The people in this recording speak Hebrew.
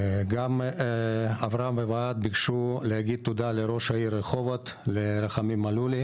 גם אברהם והוועד ביקשו להגיד תודה לראש העיר רחובות לרחמים מלולי